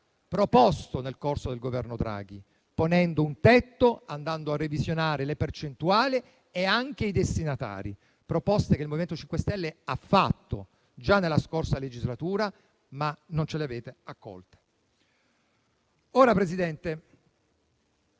proposto nel corso del Governo Draghi, ponendo un tetto, andando a revisionare le percentuali e anche i destinatari; proposte che il MoVimento 5 Stelle ha avanzato già nella scorsa legislatura, ma che non avete accolto.